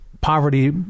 poverty